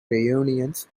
reunions